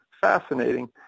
fascinating